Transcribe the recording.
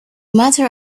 matter